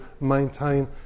maintain